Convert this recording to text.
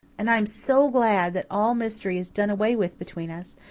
and i am so glad that all mystery is done away with between us,